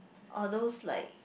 or those like